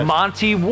Monty